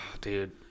Dude